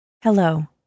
Hello